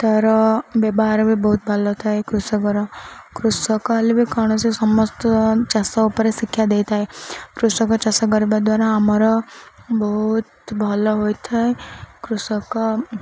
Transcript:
ତା'ର ବ୍ୟବହାର ବି ବହୁତ ଭଲ ଥାଏ କୃଷକର କୃଷକ ହେଲେ ବି କୌଣସି ସମସ୍ତ ଚାଷ ଉପରେ ଶିକ୍ଷା ଦେଇଥାଏ କୃଷକ ଚାଷ କରିବା ଦ୍ୱାରା ଆମର ବହୁତ ଭଲ ହୋଇଥାଏ କୃଷକ